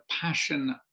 passion